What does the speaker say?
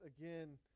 again